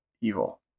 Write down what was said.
evil